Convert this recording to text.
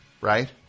right